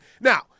Now